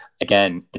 again